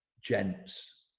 gents